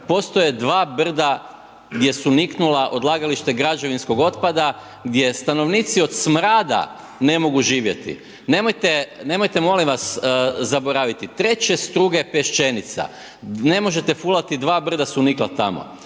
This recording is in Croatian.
Postoje dva brda gdje su niknula odlagalište građevinskog otpada gdje stanovnici od smrada ne mogu živjeti. Nemojte molim vas zaboraviti. 3. Struge, Peščenica. Ne možete fulati, dva brda su nikla tamo.